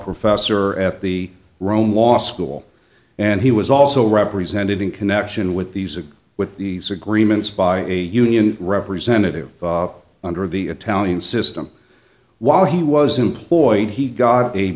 professor at the rome law school and he was also represented in connection with these or with these agreements by a union representative under the italian system while he was employed he got a